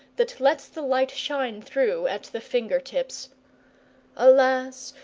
that lets the light shine through at the finger-tips alas,